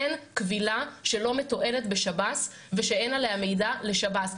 אין כבילה שלא מתועדת בשב"ס ושאין עליה מידע לשב"ס.